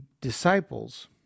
Disciples